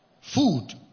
food